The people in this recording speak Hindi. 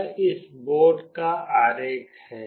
यह इस बोर्ड का आरेख है